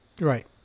Right